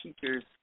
teachers